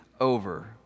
over